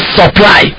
supply